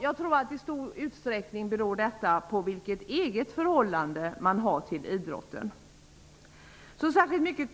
Jag tror att åsikterna i stor utsträckning beror på vilket förhållande man själv har till idrotten.